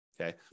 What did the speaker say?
okay